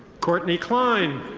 courtney klein.